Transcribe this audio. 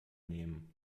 nehmen